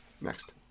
Next